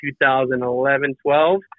2011-12